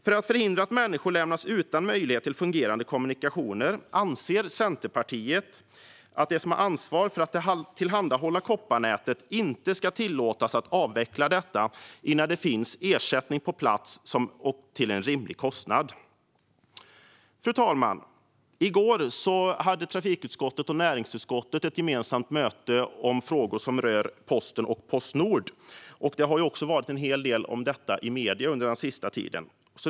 För att förhindra att människor lämnas utan fungerande kommunikationer anser Centerpartiet att den som ansvarar för att tillhandahålla kopparnätet inte ska tillåtas att avveckla det innan en ersättning finns på plats till en rimlig kostnad. Fru talman! I går hade trafikutskottet och näringsutskottet ett gemensamt möte om frågor som rör posten och Postnord. Det har också varit en hel del om detta i medierna den senaste tiden.